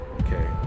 okay